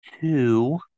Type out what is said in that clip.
Two